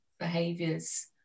behaviors